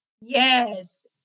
yes